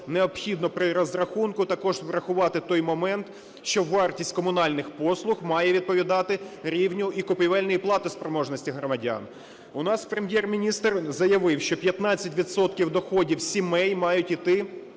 необхідно при розрахунку також врахувати той момент, що вартість комунальних послуг має відповідати рівню і купівельній платоспроможності громадян. У нас Прем'єр-міністр заявив, що 15 відсотків доходів сімей мають іти